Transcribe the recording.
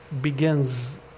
begins